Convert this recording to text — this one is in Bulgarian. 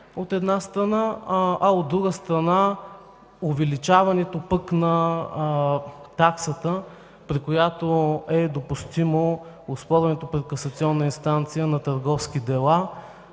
от една страна, а от друга страна – увеличаването пък на таксата, при която е допустимо оспорването пред касационна инстанция на търговски дела,